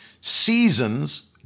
Seasons